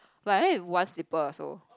but then slippers also